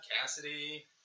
Cassidy